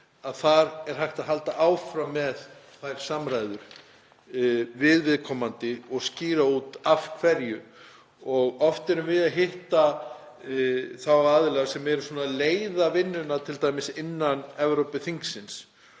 að það er hægt að halda áfram með þær samræður við viðkomandi og skýra út af hverju eitthvað er. Oft erum við að hitta þá aðila sem leiða vinnuna t.d. innan Evrópuþingsins.